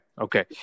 Okay